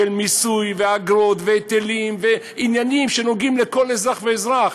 מיסוי ואגרות והיטלים ועניינים שנוגעים לכל אזרח ואזרח.